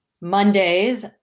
Mondays